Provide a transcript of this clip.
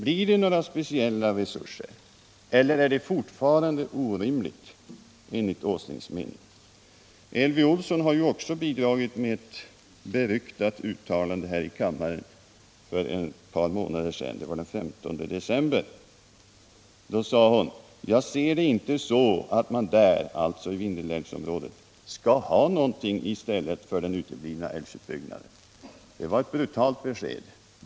Blir det några speciella resurser eller är det fortfarande orimligt, enligt Nils Åslings mening? Elvy Olsson har ju också bidragit med ett beryktat uttalande här i kammaren för ett par månader sedan. Den 15 december 1977 sade hon att hon inte ser det så att man där — alltså i Vindelälvsområdet — skall ha någonting i stället för den uteblivna älvsutbyggnaden. Det var ett brutalt besked.